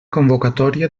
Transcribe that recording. convocatòria